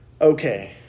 Okay